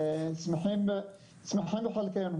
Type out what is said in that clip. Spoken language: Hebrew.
אבל גם הליווי והכלים והכישורים וקשרי המעסיקים וכל הדברים האלה.